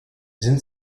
sind